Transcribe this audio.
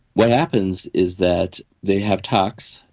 what happens is that they have talks,